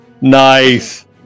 Nice